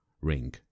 Ring